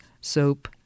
soap